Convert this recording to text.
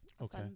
okay